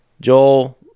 Joel